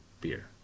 beer